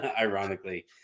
ironically